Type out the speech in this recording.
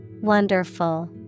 Wonderful